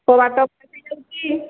କବାଟ ଫିଟି ଯାଉଛି